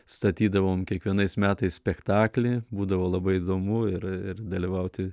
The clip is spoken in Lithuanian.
statydavom kiekvienais metais spektaklį būdavo labai įdomu ir ir dalyvauti